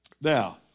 Now